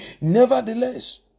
Nevertheless